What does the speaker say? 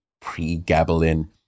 pregabalin